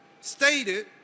stated